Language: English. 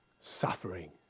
Suffering